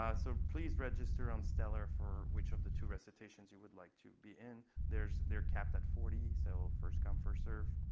ah so please register on stellar for which of the two recitations you would like to be in. they're capped at forty, so first come, first served.